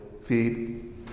feed